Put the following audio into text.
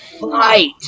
Fight